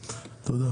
תודה.